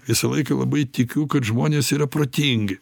visą laiką labai tikiu kad žmonės yra protingi